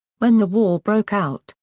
when the war broke out,